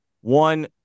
One